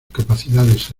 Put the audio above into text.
capacidades